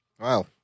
Wow